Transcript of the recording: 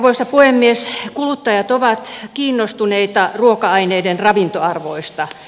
kuluttajat ovat kiinnostuneita ruoka aineiden ravintoarvoista